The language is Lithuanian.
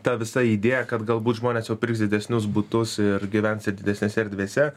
ta visa idėja kad galbūt žmonės jau pirks didesnius butus ir gyvens ir didesnėse erdvėse